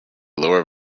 lower